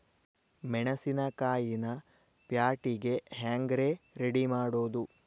ಮೆಣಸಿನಕಾಯಿನ ಪ್ಯಾಟಿಗೆ ಹ್ಯಾಂಗ್ ರೇ ರೆಡಿಮಾಡೋದು?